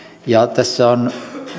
ja tässä on